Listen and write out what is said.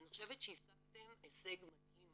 אני חושבת שהשגתם הישג מדהים,